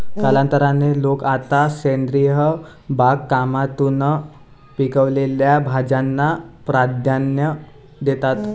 कालांतराने, लोक आता सेंद्रिय बागकामातून पिकवलेल्या भाज्यांना प्राधान्य देतात